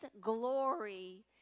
glory